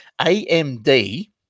amd